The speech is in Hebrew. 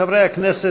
חברי הכנסת,